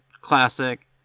Classic